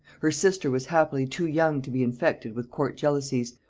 her sister was happily too young to be infected with court-jealousies,